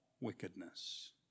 wickedness